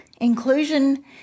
inclusion